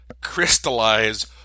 crystallize